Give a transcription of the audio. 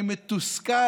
אני מתוסכל,